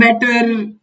better